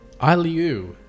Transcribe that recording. Iliu